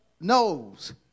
knows